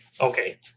Okay